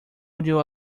odio